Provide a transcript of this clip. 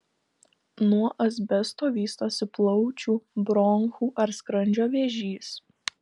nuo asbesto vystosi plaučių bronchų ar skrandžio vėžys